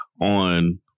on